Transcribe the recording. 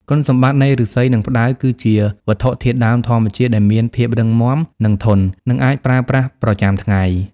គុណសម្បត្តិនៃឫស្សី និងផ្តៅគឺជាវត្ថុធាតុដើមធម្មជាតិដែលមានភាពរឹងមាំ និង ធន់ នឹងអាចប្រើប្រាស់ប្រចាំថ្ងៃ។